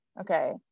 Okay